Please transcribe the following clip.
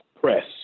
press